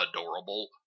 adorable